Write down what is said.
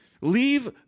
Leave